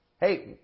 Hey